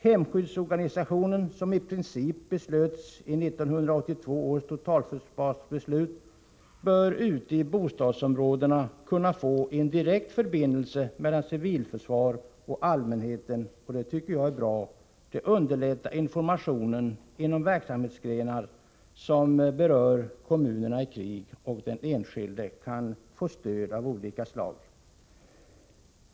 Hemskyddsorganisationen, som i princip beslöts i 1982 års totalförsvarsbeslut, bör ute i bostadsområdena kunna få en direkt förbindelse mellan civilförsvar och allmänheten. Jag tycker att det är bra, eftersom det underlättar informationen inom verksamhetsgrenar som berör kommunerna i krig. Vidare kan den enskilde få stöd av olika slag.